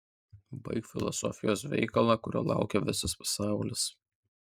baik filosofijos veikalą kurio laukia visas pasaulis